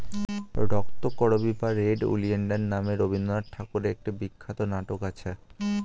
রক্তকরবী বা red oleander নামে রবিন্দ্রনাথ ঠাকুরের একটি বিখ্যাত নাটক আছে